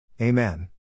Amen